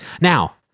Now